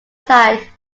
side